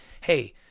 hey